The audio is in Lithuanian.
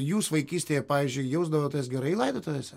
jūs vaikystėje pavyzdžiui jausdavotės gerai laidotuvėse